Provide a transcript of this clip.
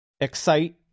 Excite